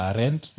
rent